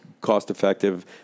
cost-effective